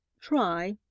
Try